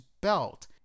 belt